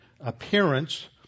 appearance